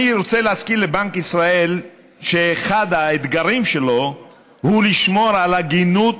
אני רוצה להזכיר לבנק ישראל שאחד האתגרים שלו הוא לשמור על הגינות